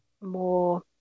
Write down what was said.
more